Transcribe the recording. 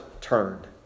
turned